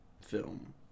Film